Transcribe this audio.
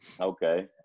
Okay